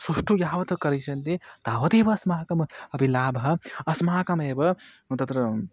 सुष्ठुः यावत् करिष्यन्ति तावदेव अस्माकम् अपि लाभः अस्माकमेव तत्र